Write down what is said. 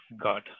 God